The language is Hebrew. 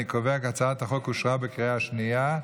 אני קובע כי הצעת החוק אושרה בקריאה השנייה.